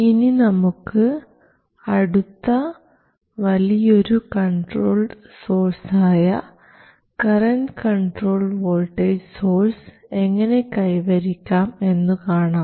ഇനി നമുക്ക് അടുത്ത വലിയൊരു കൺട്രോൾഡ് സോഴ്സ് ആയ കറൻറ് കൺട്രോൾഡ് വോൾട്ടേജ് സോഴ്സ് എങ്ങനെ കൈവരിക്കാം എന്നു കാണാം